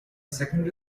secondary